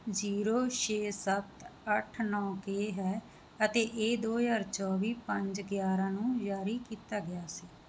zero ਛੇ ਸੱਤ ਅੱਠ ਨੌ ਕੇ ਹੈ ਅਤੇ ਇਹ ਦੋ ਹਜ਼ਾਰ ਚੌਵੀ ਪੰਜ ਗਿਆਰ੍ਹਾਂ ਨੂੰ ਜਾਰੀ ਕੀਤਾ ਗਿਆ ਸੀ